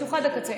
מתוחה עד הקצה.